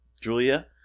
Julia